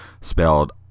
spelled